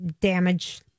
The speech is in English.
damage